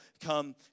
come